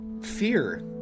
fear